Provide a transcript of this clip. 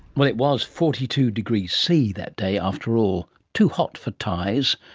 well it was forty two degc that day, after all. too hot for ties.